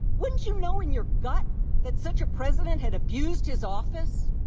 wouldn't you know in your gut that such a president had abused his office,